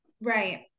Right